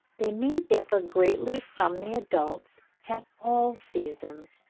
they may differ greatly from the adults at all seasons.